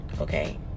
Okay